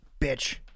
bitch